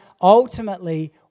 ultimately